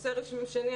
נושא שני,